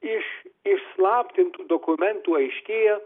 iš išslaptintų dokumentų aiškėja